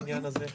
בעניין הזה.